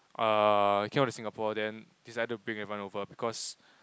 uh came out to Singapore then decided to bring everyone over because